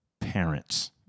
parents